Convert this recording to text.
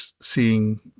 seeing